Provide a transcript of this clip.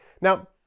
Now